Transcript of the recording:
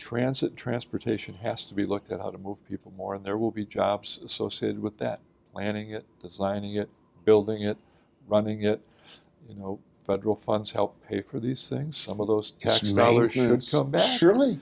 transit transportation has to be looked at how to move people more there will be jobs associated with that planning it designing it building it running it you know federal funds help pay for these things some of those